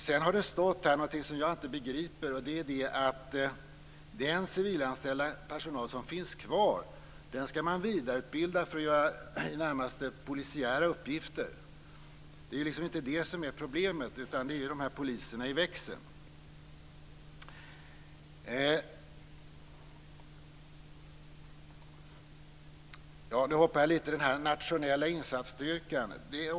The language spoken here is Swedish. Sedan står det något som jag inte begriper, nämligen att man skall vidareutbilda den civilanställda personal som finns kvar för att den skall kunna utföra i det närmaste polisiära uppgifter. Det är ju inte detta som är problemet, utan det är poliserna i växeln. Jag skall säga något om den nationella insatsstyrkan.